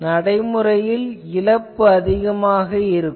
நடைமுறையில் இழப்பு அதிகம் இருக்கும்